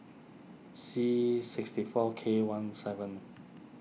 C sixty four K one seven